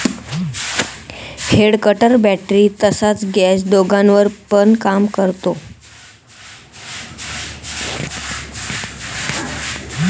head cutter battery तसच gas दोघांवर पण काम करत